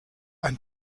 ein